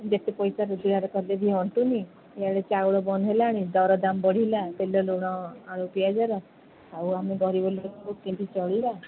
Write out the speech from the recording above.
ଯେତେ ପଇସା ରୋଜଗାର କଲେ ବି ଅଣ୍ଟୁନି ଇଆଡ଼େ ଚାଉଳ ବନ୍ଦ ହେଲାଣି ଦର ଦାମ୍ ବଢ଼ିଲା ତେଲ ଲୁଣ ଆଳୁ ପିଆଜର ଆଉ ଆମେ ଗରିବ ଲୋକ କେମିତି ଚଳିବା